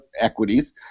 equities